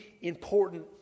important